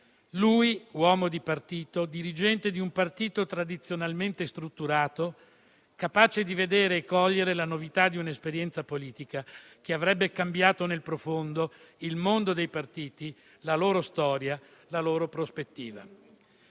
Lui, uomo di partito, dirigente di un partito tradizionalmente strutturato, capace di vedere e cogliere la novità di un'esperienza politica che avrebbe cambiato nel profondo il mondo dei partiti, la loro storia, la loro prospettiva.